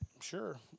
sure